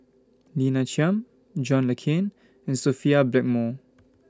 Lina Chiam John Le Cain and Sophia Blackmore